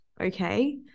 okay